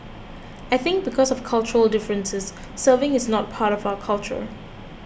I think because of cultural differences serving is not part of our culture